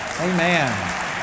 Amen